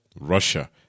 Russia